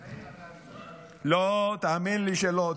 מאיר, אתה, לא, תאמין לי שלא.